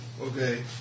okay